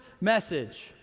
message